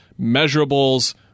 measurables